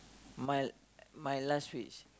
my my last wish